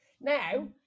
now